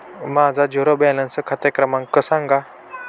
माझा zero balance खाते क्रमांक सांगा